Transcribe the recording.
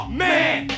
man